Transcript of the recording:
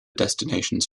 destinations